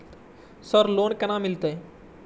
Sir loan केना मिलते?